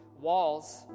walls